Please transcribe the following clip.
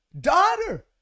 Daughter